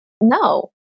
no